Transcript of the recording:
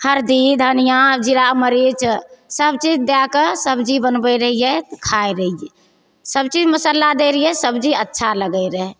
हरदी धनिआ जीरा मरीच सब चीज दैके सब्जी बनबय रहियै खाय रहियै सब चीज मसल्ला दय रहियै सब्जी अच्छा लगय रहय